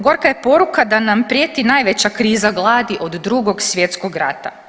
Gorka je poruka da nam prijeti najveća kriza glasi od Drugog svjetskog rata.